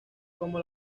cómo